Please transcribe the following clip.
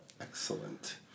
Excellent